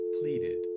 pleaded